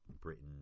Britain